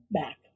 back